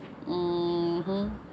(uh huh)